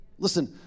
Listen